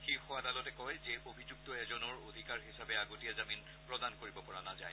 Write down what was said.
শীৰ্ষ আদালতে কয় যে অভিযুক্ত এজনৰ অধিকাৰ হিচাপে আগতীয়া জমিন প্ৰদান কৰিব পৰা নাযায়